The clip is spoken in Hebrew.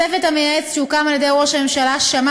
הצוות המייעץ שהוקם על-ידי ראש הממשלה שמע